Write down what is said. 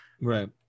Right